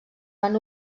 van